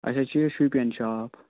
اَسہِ حظ چھُ یہِ شُپین شاپ